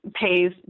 pays